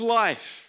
life